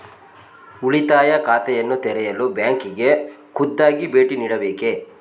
ಉಳಿತಾಯ ಖಾತೆಯನ್ನು ತೆರೆಯಲು ಬ್ಯಾಂಕಿಗೆ ಖುದ್ದಾಗಿ ಭೇಟಿ ನೀಡಬೇಕೇ?